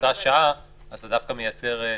באותה שעה אז זה דווקא מייצר צפיפות.